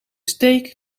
steak